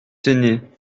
tenay